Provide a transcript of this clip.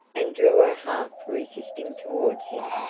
and drew her half resisting towards him,